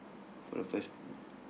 for the first